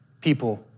people